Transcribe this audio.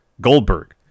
Goldberg